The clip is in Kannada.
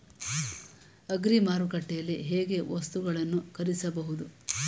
ಅಗ್ರಿ ಮಾರುಕಟ್ಟೆಯಲ್ಲಿ ಹೇಗೆ ವಸ್ತುಗಳನ್ನು ಖರೀದಿಸಬಹುದು?